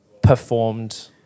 performed